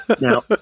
Now